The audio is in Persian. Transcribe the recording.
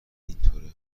اینطوره